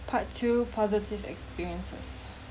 part two positive experiences